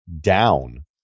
down